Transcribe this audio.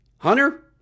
Hunter